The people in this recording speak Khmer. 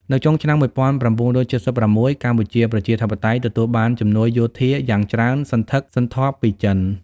នៅចុងឆ្នាំ១៩៧៦ កម្ពុជាប្រជាធិបតេយ្យទទួលបានជំនួយយោធាយ៉ាងច្រើនសន្ធឹកសន្ធាប់ពីចិន។